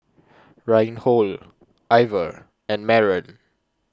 Reinhold Iver and Maren